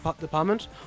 Department